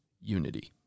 unity